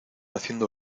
haciendo